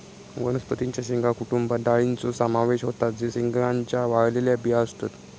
वनस्पतीं च्या शेंगा कुटुंबात डाळींचो समावेश होता जे शेंगांच्या वाळलेल्या बिया असतत